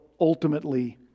ultimately